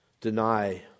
deny